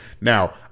Now